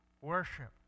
worship